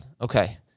Okay